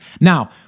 Now